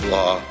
law